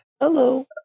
Hello